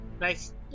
nice